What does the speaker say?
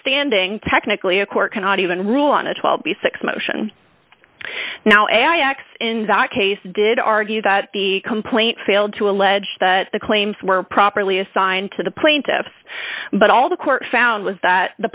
standing technically a court cannot even rule on a twelve b six motion now x in the case did argue that the complaint failed to allege that the claims were properly assigned to the plaintiffs but all the court found was that the